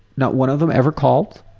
not one of them ever called.